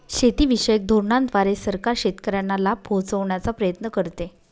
शेतीविषयक धोरणांद्वारे सरकार शेतकऱ्यांना लाभ पोहचवण्याचा प्रयत्न करते